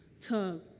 tug